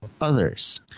others